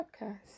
podcast